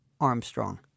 Armstrong